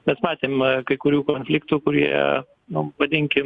mes matėm kai kurių konfliktų kurie nu vadinkim